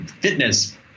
fitness